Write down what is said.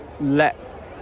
let